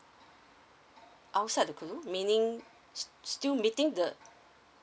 outside the school meaning still meeting the